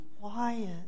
quiet